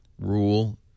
rule